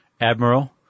Admiral